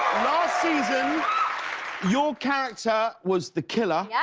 last season your character was the killer. yeah